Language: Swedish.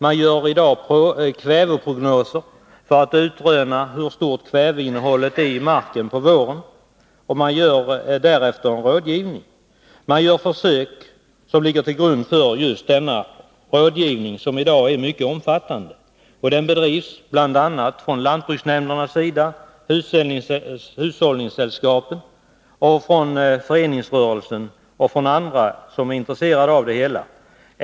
Man gör kväveprognoser för att utröna hur stort kväveinnehållet i marken är på våren, och därefter sker en rådgivning. Man gör försök som ligger till grund för just denna rådgivning, som i dag är mycket omfattande. Den bedrivs bl.a. av lantbruksnämnderna, hushållningssällskapen, föreningsrörelsen och andra som är intresserade av detta.